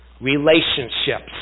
Relationships